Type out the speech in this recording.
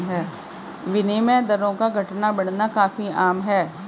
विनिमय दरों का घटना बढ़ना काफी आम है